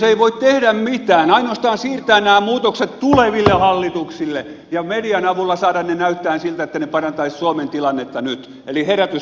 ei voi tehdä mitään ainoastaan siirtää nämä muutokset tuleville hallituksille ja median avulla saada ne näyttämään siltä että ne parantaisivat suomen tilannetta nyt eli herätys pääministeri